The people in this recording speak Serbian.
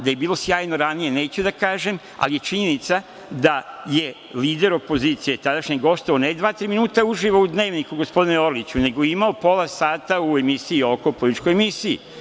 Da je bilo sjajno ranije, neću da kažem, ali je činjenica da je lider tadašnje opozicije gostovao, ne dva, tri minuta uživo u „Dnevniku“, gospodine Orliću, nego je imao pola sata u emisiji „Oko“, političkoj emisiji.